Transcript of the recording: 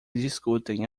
discutem